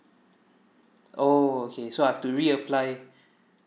oh okay so I've to re apply